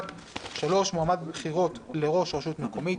(3) מועמד בבחירות לראש רשות מקומית,